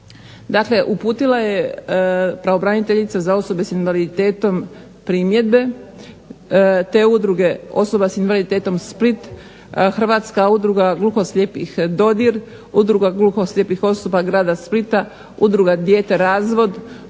dakle uputila je pravobraniteljica za osobe s invaliditetom primjedbe te udruge osoba s invaliditetom Split, Hrvatska udruga gluhoslijepih Dodir, udruga gluhoslijepih osoba grada Splita, udruga dijete-razvod,